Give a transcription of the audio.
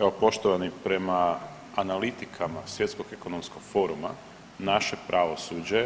Evo poštovani, prema analitikama Svjetskog ekonomskog foruma naše pravosuđe